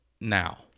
now